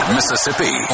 Mississippi